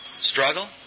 struggle